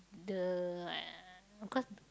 the uh cause